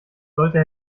sollte